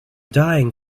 dying